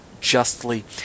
justly